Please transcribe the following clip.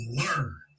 learn